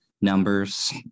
numbers